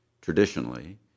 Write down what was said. traditionally